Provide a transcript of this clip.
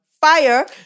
Fire